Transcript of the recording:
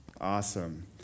Awesome